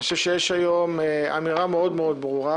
אני חושב שהיום יש אמירה מאוד-מאוד ברורה